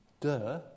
Duh